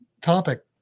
topic